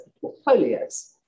portfolios